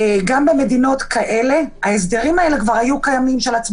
גם במדינות האלה הה סדרים של הצבעה